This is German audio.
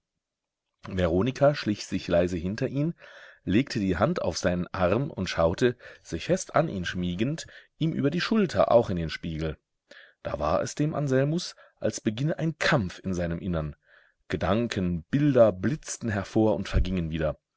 veronika schlich sich leise hinter ihn legte die hand auf seinen arm und schaute sich fest an ihn schmiegend ihm über die schulter auch in den spiegel da war es dem anselmus als beginne ein kampf in seinem innern gedanken bilder blitzten hervor und vergingen wieder